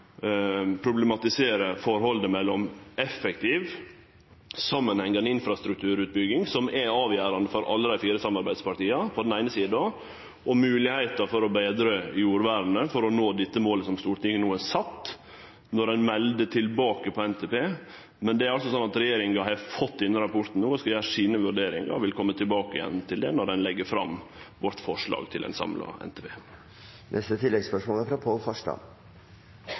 forholdet mellom på den eine sida ei effektiv, samanhengande infrastrukturutbygging, som er avgjerande for alle dei fire samarbeidspartia, og på den andre sida moglegheiter for å betre jordvernet, for å nå dette målet som Stortinget no har sett, når ein melder tilbake på NTP. Men det er altså slik at regjeringa har fått denne rapporten no og skal gjere sine vurderingar, og vil kome tilbake til det når ho legg fram sitt forslag til ein samla NTP. Pål Farstad – til oppfølgingsspørsmål. Det er